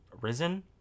risen